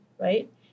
right